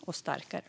och starkare.